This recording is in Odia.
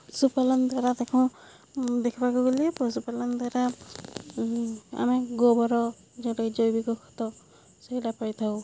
ପଶୁପାଳନ ଦ୍ୱାରା ଦେଖ ଦେଖିବାକୁ ଗଲେ ପଶୁପାଳନ ଦ୍ୱାରା ଆମେ ଗୋବର ଯେଉଁଟା ଜୈବିକ ଖତ ସେଇଟା ପାଇଥାଉ